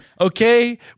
Okay